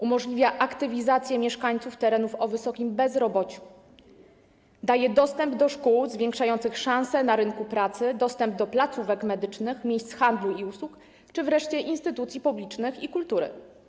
Umożliwia aktywizację mieszkańców terenów o wysokim bezrobociu, daje dostęp do szkół zwiększających szansę na rynku pracy, dostęp do placówek medycznych, miejsc handlu i usług czy wreszcie instytucji publicznych i kultury.